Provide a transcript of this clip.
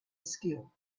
skill